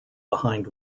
behind